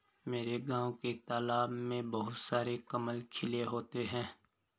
मेरे गांव के तालाब में बहुत सारे कमल खिले होते हैं